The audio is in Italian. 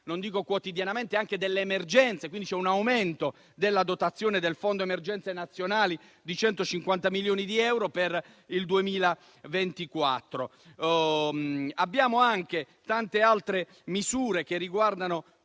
non dico quotidianamente - delle emergenze. C'è allora un aumento della dotazione del Fondo emergenze nazionali pari a 150 milioni di euro per il 2024. Abbiamo anche tante altre misure che riguardano